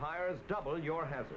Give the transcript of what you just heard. tires double your ha